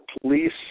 police